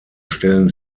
stellen